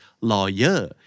lawyer